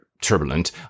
turbulent